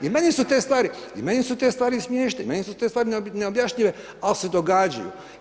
I meni su te stvari i meni su te stvari smiješne, i meni su te stvari neobjašnjive ali se događaju.